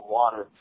water